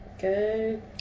Good